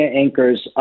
anchors